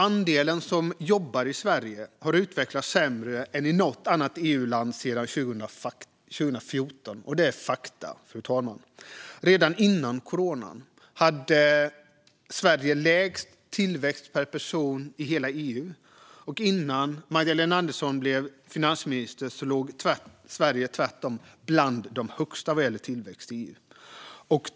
Andelen som jobbar i Sverige har utvecklats sämre än i något annat EU-land sedan 2014. Det är fakta. Redan före coronapandemin hade Sverige lägst tillväxt per person i hela EU, och innan Magdalena Andersson blev finansminister låg Sverige tvärtom bland dem som var högst upp på EU-listan över tillväxt.